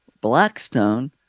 Blackstone